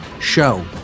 show